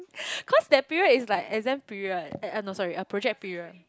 cause that period is like exam period eh uh no sorry a project period